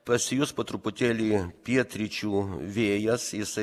pasijus po truputėlį pietryčių vėjas jisai